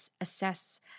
assess